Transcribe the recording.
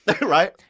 Right